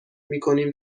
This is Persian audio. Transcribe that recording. میکنیم